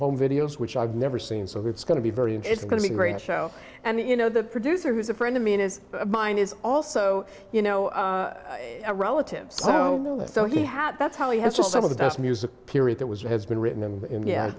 home videos which i've never seen so it's going to be very and it's going to be great show and you know the producer who's a friend of mine is mine is also you know relatives so he had that's how he has some of the best music period that was has been written and yeah